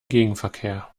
gegenverkehr